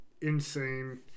Insane